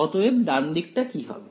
অতএব ডানদিকটা কি হবে